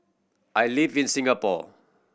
I live in Singapore